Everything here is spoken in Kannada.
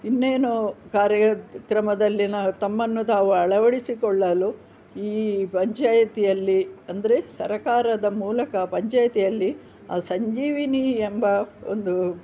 ಇನ್ನೇನೋ ಕಾರ್ಯದ ಕ್ರಮದಲ್ಲಿ ನಾವು ತಮ್ಮನ್ನು ತಾವು ಅಳವಡಿಸಿಕೊಳ್ಳಲು ಈ ಪಂಚಾಯತಿಯಲ್ಲಿ ಅಂದರೆ ಸರಕಾರದ ಮೂಲಕ ಪಂಚಾಯತಿಯಲ್ಲಿ ಆ ಸಂಜೀವಿನಿ ಎಂಬ ಒಂದು